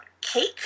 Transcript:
cake